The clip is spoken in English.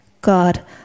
God